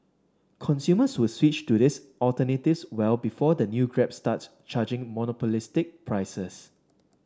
consumers will switch to these alternatives well before the new Grab starts charging monopolistic prices